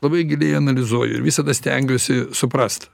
labai giliai analizuoju ir visada stengiuosi suprast